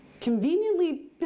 Conveniently